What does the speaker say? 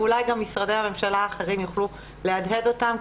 ואולי גם משרדי הממשלה האחרים יוכלו להדהד אותם,